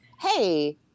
Hey